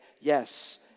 yes